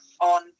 on